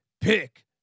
Pick